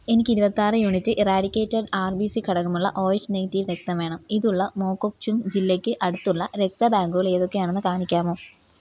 എനിക്ക് ഇരുപത്താറ് unit eradicated R B C ഘടകമുള്ള ഒ എച്ച് നെഗറ്റിവ് രക്തം വേണം ഇതുള്ള മോകോക്ചുങ് ജില്ലയ്ക്ക് അടുത്തുള്ള രക്തബാങ്കുകൾ ഏതൊക്കെയാണെന്ന് കാണിക്കാമോ